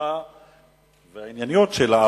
תשובתך והענייניות שלה,